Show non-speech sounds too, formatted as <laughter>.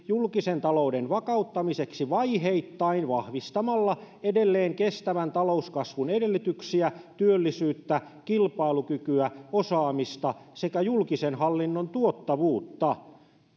<unintelligible> julkisen talouden vakauttamiseksi vaiheittain vahvistamalla edelleen kestävän talouskasvun edellytyksiä työllisyyttä kilpailukykyä osaamista sekä julkisen hallinnon tuottavuutta